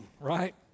right